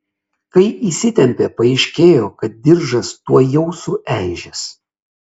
kai įsitempė paaiškėjo kad diržas tuojau sueižės